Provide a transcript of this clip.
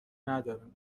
ندارم